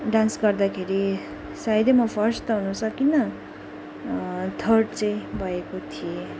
dance गर्दाखेरि सायदै म फर्स्ट त हुन सकिनँ थर्ड चाहिँ भएको थिएँ